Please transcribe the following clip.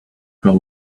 grow